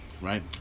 right